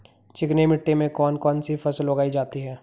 चिकनी मिट्टी में कौन कौन सी फसल उगाई जाती है?